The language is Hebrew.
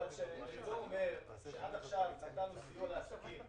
אבל כשמרידור אומר שעד עכשיו נתנו סיוע לעסקים,